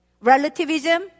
Relativism